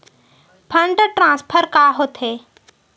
Fund transfer का होथे?